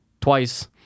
twice